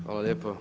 Hvala lijepo.